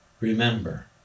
remember